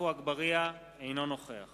אינו נוכח